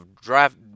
draft